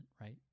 right